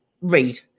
read